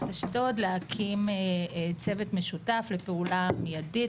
אשדוד להקים צוות משותף לפעולה מיידית.